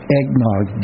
Eggnog